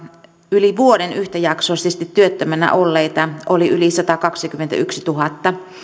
yli vuoden yhtäjaksoisesti työttöminä olleita oli yli satakaksikymmentätuhatta